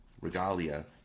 Regalia